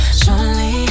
surely